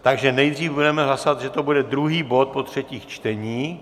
Takže nejdřív budeme hlasovat, že to bude druhý bod po třetích čteních.